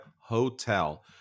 Hotel